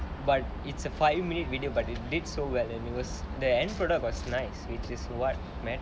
but it's a five minute video but it did so well and it was the end product was nice which is what man